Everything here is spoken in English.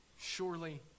Surely